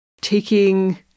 taking